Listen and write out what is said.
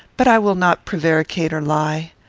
but i will not prevaricate or lie.